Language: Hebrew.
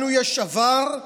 לנו יש עבר,